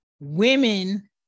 women